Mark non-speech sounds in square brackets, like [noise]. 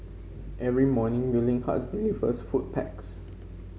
every morning Willing Hearts [unintelligible] food packs